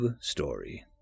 story